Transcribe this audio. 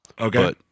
Okay